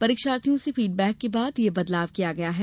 परीक्षार्थियों से फीडबैक के बाद यह बदलाव किया गया है